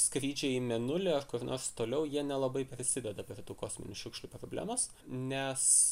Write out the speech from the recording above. skrydžiai į mėnulį ar kur nors toliau jie nelabai prisideda prie tų kosminių šiukšlių problemos nes